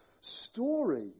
story